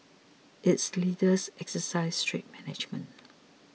its leaders exercise strict management